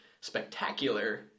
spectacular